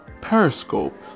periscope